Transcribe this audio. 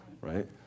right